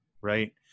right